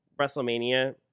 WrestleMania